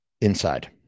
inside